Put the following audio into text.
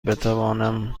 بتوانم